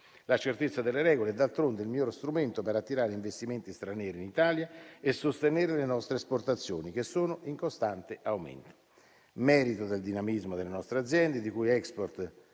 La certezza delle regole è d'altronde il migliore strumento per attirare investimenti stranieri in Italia e sostenere le nostre esportazioni, che sono in costante aumento; merito del dinamismo delle nostre aziende, il cui *export*